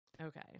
okay